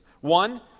One